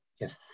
Yes